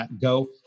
Go